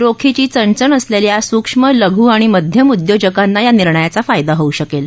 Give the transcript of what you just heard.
रोखीची चणचण असलेल्या सूक्ष्म लघ् आणि मध्यम उद्योजकांना या निर्णयाचा फायदा होऊ शकेल